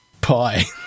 Pie